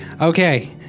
okay